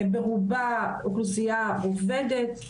ברובה אוכלוסייה עובדת,